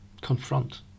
confront